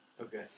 Okay